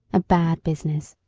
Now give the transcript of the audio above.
a bad business